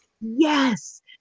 Yes